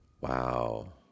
Wow